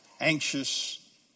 anxious